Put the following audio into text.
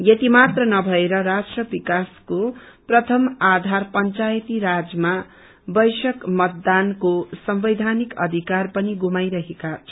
यसति मात्र नभएर राष्ट्र विकासको प्रथम आधार पंचायती राजमा वयस्त्त मतदानको सवैधानिक अधिकार पनि गुमाइरहेका छन्